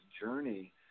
journey